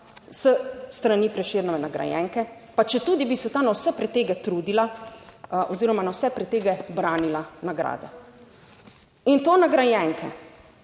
s strani Prešernove nagrajenke, pa četudi bi se ta na vse pretege trudila oziroma na vse pretege branila nagrade in to nagrajenke,